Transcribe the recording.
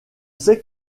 sait